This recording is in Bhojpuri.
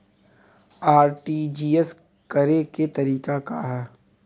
आर.टी.जी.एस करे के तरीका का हैं?